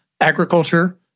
agriculture